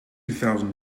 thousand